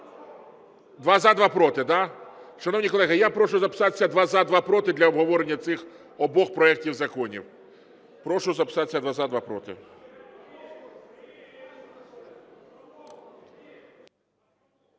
Два – за, два – проти, да? Шановні колеги, я прошу записатися: два – за, два – проти, для обговорення цих обох проектів законів. Прошу записатися: два – за, два – проти.